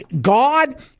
God